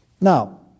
Now